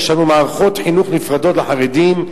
יש לנו מערכות חינוך נפרדות לחרדים.